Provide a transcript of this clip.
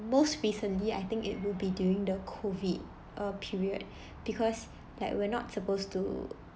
most recently I think it would be during the COVID uh period because like we're not supposed to